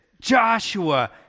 Joshua